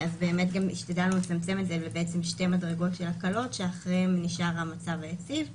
השתדלנו לצמצם את זה לשתי מדרגות של הקלות שאחריהן נשאר המצב היציב,